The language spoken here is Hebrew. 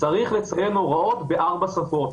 צריכים לציין הוראות בארבע שפות.